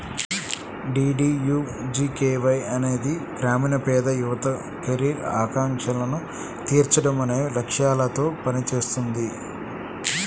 DDUGKY అనేది గ్రామీణ పేద యువత కెరీర్ ఆకాంక్షలను తీర్చడం అనే లక్ష్యాలతో పనిచేస్తుంది